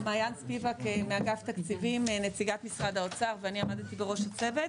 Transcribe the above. מעיין ספיבק מאגף תקציבים נציגת משרד האוצר ואני עמדתי בראש הצוות.